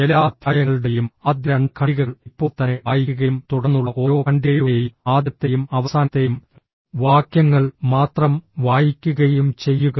എല്ലാ അധ്യായങ്ങളുടെയും ആദ്യ രണ്ട് ഖണ്ഡികകൾ ഇപ്പോൾ തന്നെ വായിക്കുകയും തുടർന്നുള്ള ഓരോ ഖണ്ഡികയുടെയും ആദ്യത്തെയും അവസാനത്തെയും വാക്യങ്ങൾ മാത്രം വായിക്കുകയും ചെയ്യുക